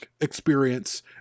experience